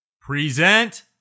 Present